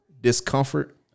discomfort